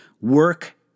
work